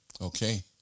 Okay